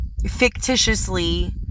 fictitiously